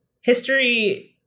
history